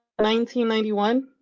1991